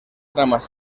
tramas